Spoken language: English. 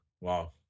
Wow